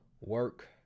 work